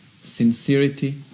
sincerity